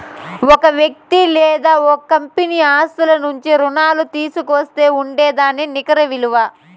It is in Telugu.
ఓ వ్యక్తి లేదా ఓ కంపెనీ ఆస్తుల నుంచి రుణాల్లు తీసేస్తే ఉండేదే నికర ఇలువ